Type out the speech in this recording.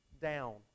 down